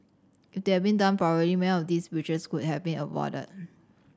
if they had been done properly many of these breaches could have been avoided